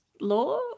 Law